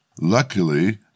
Luckily